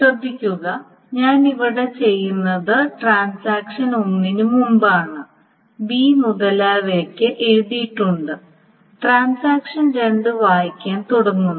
ശ്രദ്ധിക്കുക ഞാൻ ഇവിടെ ചെയ്യുന്നത് ട്രാൻസാക്ഷൻ 1 ന് മുമ്പാണ് ബി മുതലായവയ്ക്ക് എഴുതിയിട്ടുണ്ട് ട്രാൻസാക്ഷൻ 2 വായിക്കാൻ തുടങ്ങുന്നു